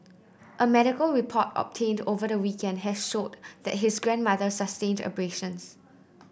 a medical report obtained over the weekend had showed that his grandmother sustained abrasions